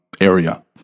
area